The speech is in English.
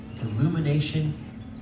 Illumination